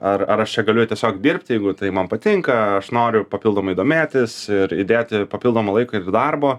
ar ar aš čia galiu eit tiesiog dirbti jeigu tai man patinka aš noriu papildomai domėtis ir įdėti papildomo laiko ir darbo